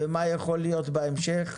ומה יכול להיות בהמשך.